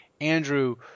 Andrew